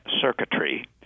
circuitry